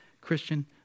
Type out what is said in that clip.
Christian